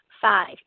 Five